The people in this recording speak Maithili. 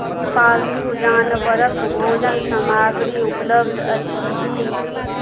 पालतू जानवरक भोजन सामग्री उपलब्ध अछि की